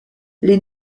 les